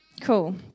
Cool